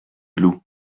loup